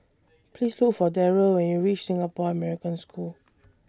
Please Look For Darryll when YOU REACH Singapore American School